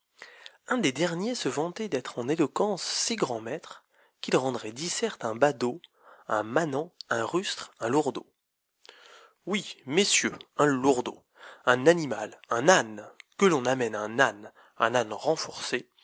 un des derniers se vantait d'être en éloquence si grand maître qu'il rendrait disert un badaud un manant un rustre un lourdaud oui messieurs un lourdaud un animal un àne que l'on m'amène un âne un âne renforcé